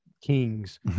kings